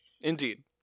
Indeed